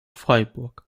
freiburg